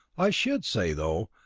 i should say, though,